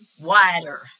wider